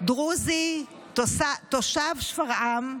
דרוזי תושב שפרעם,